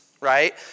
right